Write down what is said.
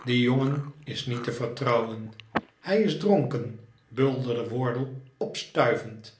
die jongen is niet te vertrouwen hij is dronken bulderde wardle opstuivend